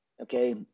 Okay